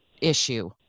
issue